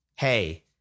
Hey